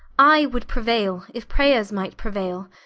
i would preuayle, if prayers might preuayle,